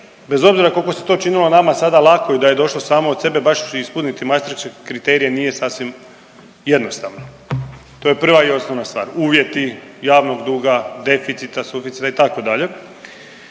bez obzira koliko se to činilo nama sada lako i da je došlo samo od sebe baš ispuniti mastriške kriterije nije sasvim jednostavno, to je prva i osnovna stvar, uvjeti, javnog duga, deficita, suficita itd.,